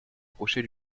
approcher